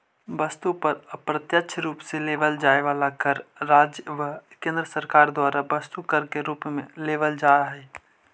वस्तु पर अप्रत्यक्ष रूप से लेवल जाए वाला कर राज्य एवं केंद्र सरकार द्वारा वस्तु कर के रूप में लेवल जा हई